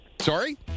Sorry